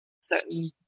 certain